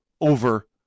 over